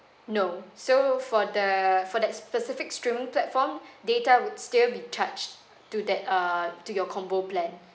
no so for the for that specific streaming platform data would still be charged to that err to your combo plan